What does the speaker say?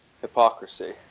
hypocrisy